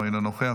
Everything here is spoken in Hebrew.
אינה נוכחת,